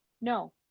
no